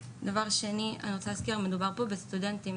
מדובר פה סטודנטים.